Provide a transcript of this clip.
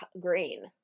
green